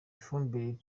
ifumbire